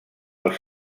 els